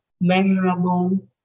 measurable